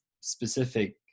specific